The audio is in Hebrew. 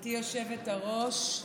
גברתי היושבת-ראש,